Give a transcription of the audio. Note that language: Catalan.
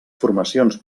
formacions